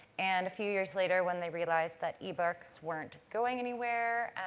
and a few years later, when they realised that ebooks weren't going anywhere,